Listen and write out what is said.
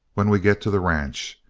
when we get to the ranch.